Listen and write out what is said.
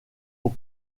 aux